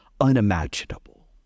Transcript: unimaginable